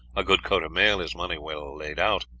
a good coat of mail is money well laid out,